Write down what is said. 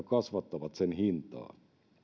kasvattavat sen hintaa